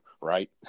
right